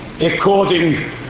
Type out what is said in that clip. according